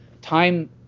time